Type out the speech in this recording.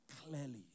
clearly